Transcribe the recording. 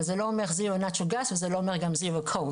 אבל זה לא אומר אפס גז טבעי וזה לא אומר גם Zero Coal,